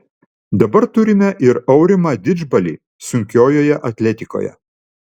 dabar turime ir aurimą didžbalį sunkiojoje atletikoje